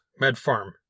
Medfarm